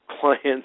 clients